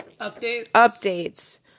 updates